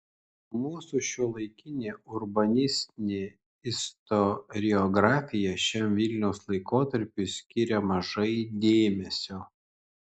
mūsų šiuolaikinė urbanistinė istoriografija šiam vilniaus laikotarpiui skiria mažai dėmesio